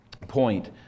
point